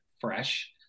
fresh